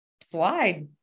slide